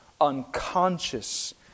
unconscious